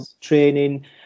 training